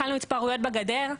הכלנו התפרעויות בגדר,